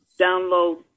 download